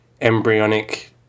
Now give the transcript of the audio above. embryonic